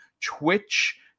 Twitch